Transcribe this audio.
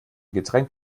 getränk